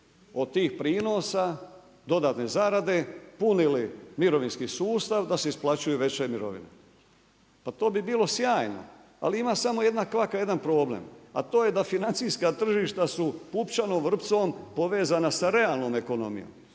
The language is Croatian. od tih prinosa, dodatne zarade punili mirovinski sustav da se isplaćuju veće mirovine. Pa to bi bilo sjajno. Ali ima samo jedna kvaka, jedan problem, a to je da financijska tržišta su pupčanom vrpcom povezana sa realnom ekonomijom.